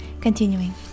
Continuing